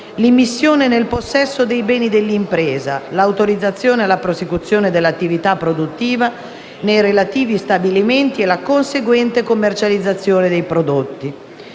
l'immissione nel possesso dei beni dell'impresa, l'autorizzazione alla prosecuzione dell'attività produttiva nei relativi stabilimenti e la conseguente commercializzazione dei prodotti.